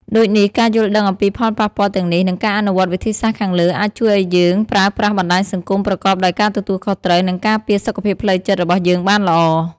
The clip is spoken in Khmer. ដូចនេះ ការយល់ដឹងអំពីផលប៉ះពាល់ទាំងនេះ និងការអនុវត្តវិធីសាស្រ្តខាងលើ អាចជួយឱ្យយើងប្រើប្រាស់បណ្ដាញសង្គមប្រកបដោយការទទួលខុសត្រូវ និងការពារសុខភាពផ្លូវចិត្តរបស់យើងបានល្អ។